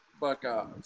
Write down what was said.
Buckeyes